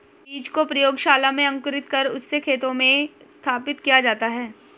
बीज को प्रयोगशाला में अंकुरित कर उससे खेतों में स्थापित किया जाता है